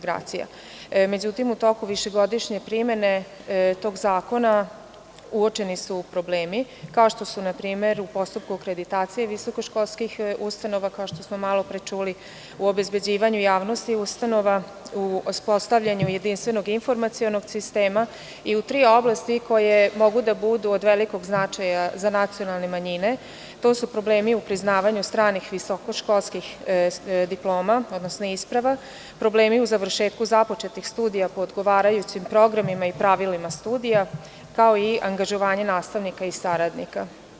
Međutim, u toku višegodišnje primene tog zakona, uočeni su problemi kao što su, na primer, u postupku akreditacije visokoškolskih ustanova, kao što smo malo pre čuli, u obezbeđivanju javnosti ustanova, u uspostavljanju jedinstvenog informacionog sistema i u tri oblasti koje mogu da budu od velikog značaja za nacionalne manjine, a to su problemi u priznavanju stranih visokoškolskih diploma odnosno isprava, problemi u završetku započetih studija po odgovarajućim programima i pravilima studija, kao i angažovanje nastavnika i saradnika.